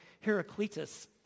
Heraclitus